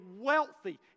wealthy